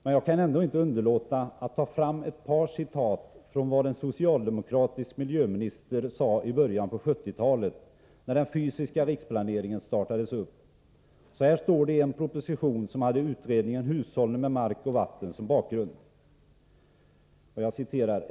Men jag kan ändå inte underlåta att ta fram ett par citat från vad en socialdemokratisk miljöminister sade i början av 1970-talet när den fysiska riksplaneringen påbörjades. Så här står det i en proposition som hade utredningen Hushållning med mark och vatten som bakgrund.